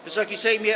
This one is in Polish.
Wysoki Sejmie!